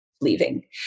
leaving